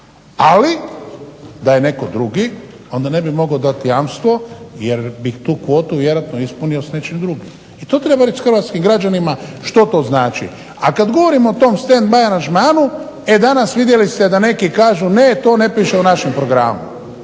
Ali da je netko drugi onda ne bi mogao dati jamstvo jer bi tu kvotu ispunio s nečim drugim. I to treba reći Hrvatskim građanima što to znači. A kada govorimo o tom stand by aranžmanu vidjeli ste danas neki kažu ne to ne piše u našem programu,